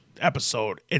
episode